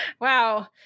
Wow